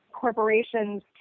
corporations